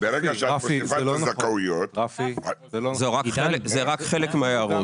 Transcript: ברגע שאת מוסיפה את הזכאויות --- זה רק חלק מההערות.